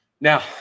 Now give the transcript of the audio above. Now